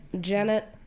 Janet